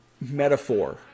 metaphor